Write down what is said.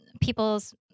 people's